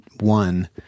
one